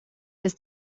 ist